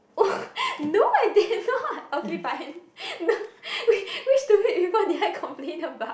oh no I did not okay fine no which which stupid people did I complain about